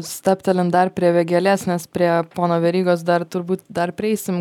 stabtelim dar prie vėgėlės nes prie pono verygos dar turbūt dar prieisim